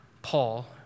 Paul